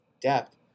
depth